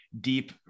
deep